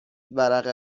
ورقه